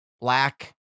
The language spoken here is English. black